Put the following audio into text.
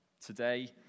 Today